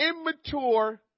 immature